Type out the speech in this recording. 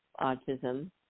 autism